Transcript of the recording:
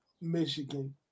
Michigan